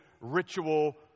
ritual